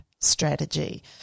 Strategy